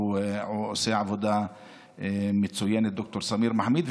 הוא עושה עבודה מצוינת, ד"ר סמיר מחאמיד.